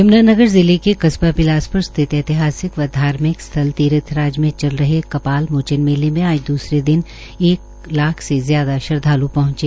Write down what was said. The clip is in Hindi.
यम्नानगर जिले के कस्बा बिलासप्र स्थित ऐतिहासिक व धार्मिक स्थल तीर्थराज में चल रहे कपाल मोचन मेले में आज द्सरे दिन एक लाख से ज्यादा श्रद्वाल् पहंचे